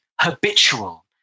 habitual